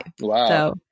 Wow